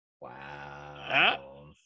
Wow